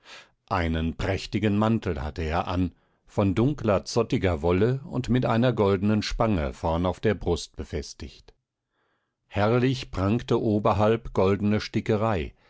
einen prächtigen mantel hatte er an von dunkler zottiger wolle und mit goldener spange vorn auf der brust befestigt herrlich prangte oberhalb goldene stickerei